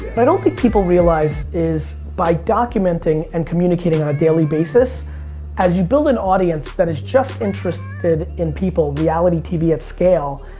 i don't think people realize is by documenting and communicating on a daily basis as you build an audience that is just interested in people, reality tv at scale,